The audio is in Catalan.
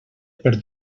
per